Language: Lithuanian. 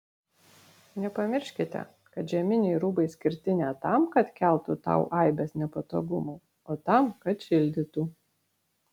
nepamirškite kad žieminiai rūbai skirti ne tam kad keltų tau aibes nepatogumų o tam kad šildytų